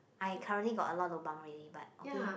I currently got a lot of lobang already but okay